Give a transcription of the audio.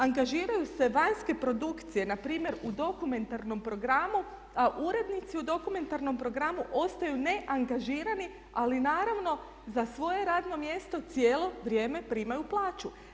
Angažiraju se vanjske produkcije, na primjer u dokumentarnom programu, a urednici u dokumentarnom programu ostaju neangažirani, ali naravno za svoje radno mjesto cijelo vrijeme primaju plaću.